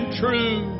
true